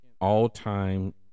all-time